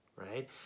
right